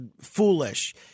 foolish